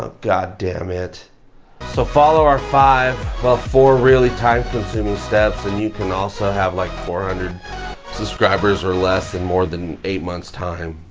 ah god damn it so follow our five well. four really time consuming steps and you can also have like four hundred subscribers or less than more than eight months time.